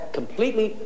completely